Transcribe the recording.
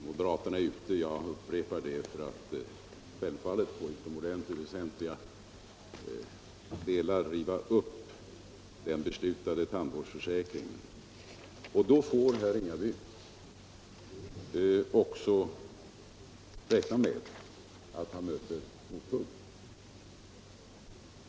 Moderaterna är, jag upprepar det, ute efter att i utomordentligt väsentliga delar riva upp den beslutade tandvårdsförsäkringen. Då får herr Ringaby också räkna med att han möter mothugg.